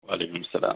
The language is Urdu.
وعلیکم السلام